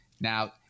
Now